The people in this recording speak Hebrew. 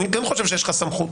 אני כן חושב שיש לך סמכות.